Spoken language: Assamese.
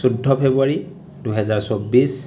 চৈধ্য় ফেব্ৰুৱাৰী দুহেজাৰ চৌব্বিছ